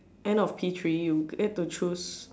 end of P-three you get to choose